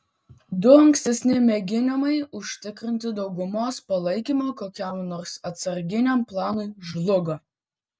du ankstesni mėginimai užsitikrinti daugumos palaikymą kokiam nors atsarginiam planui žlugo